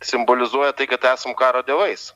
simbolizuoja tai kad esam karo dievais